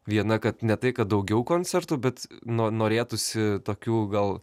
viena kad ne tai kad daugiau koncertų bet no norėtųsi tokių gal